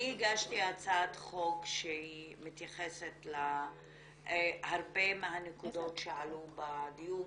אני הגשתי הצעת חוק שמתייחסת להרבה מהנקודות שעלו בדיון,